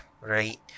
Right